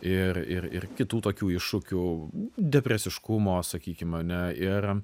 ir ir ir kitų tokių iššūkių depresiškumo sakykim ane ir